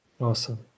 Awesome